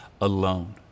alone